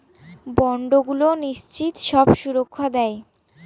বন্ডগুলো নিশ্চিত সব সুরক্ষা দেয়